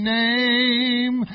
name